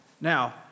Now